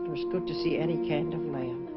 it's good to see any kind of man